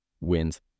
wins